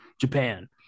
Japan